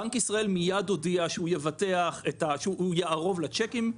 בנק ישראל מיד הודיע שהוא יערוב לצ'קים,